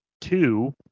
two